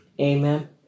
Amen